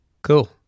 Cool